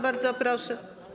Bardzo proszę.